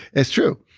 it's true.